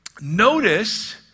Notice